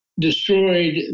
destroyed